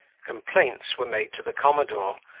complaints were made to the commodore,